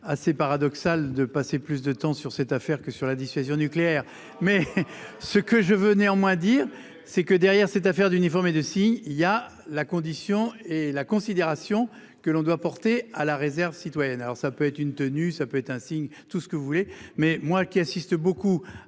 assez paradoxal de passer plus de temps sur cette affaire que sur la dissuasion nucléaire. Mais ce que je veux néanmoins dire c'est que derrière cette affaire d'uniformes et de si il y a la condition et la considération que l'on doit porter à la réserve citoyenne. Alors ça peut être une tenue. Ça peut être un signe. Tout ce que vous voulez mais moi qui assiste beaucoup à des prises d'armes